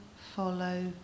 follow